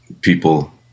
people